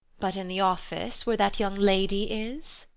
but in the office where that young lady is